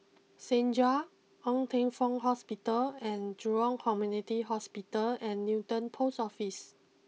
Segar Ng Teng Fong Hospital and Jurong Community Hospital and Newton post Office